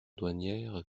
douanières